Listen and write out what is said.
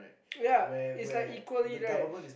ya is like equally right